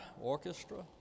orchestra